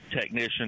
technician